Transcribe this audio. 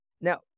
Now